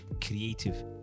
creative